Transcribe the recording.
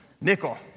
Nickel